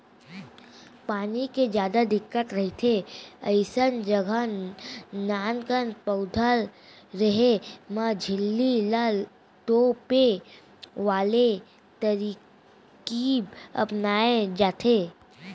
पानी के जादा दिक्कत रहिथे अइसन जघा नानकन पउधा रेहे म झिल्ली ल तोपे वाले तरकीब अपनाए जाथे